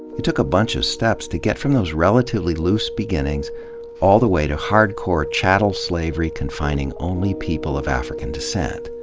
it took a bunch of steps to get from those relatively loose beginnings all the way to hardcore chattel slavery confining only people of african descent.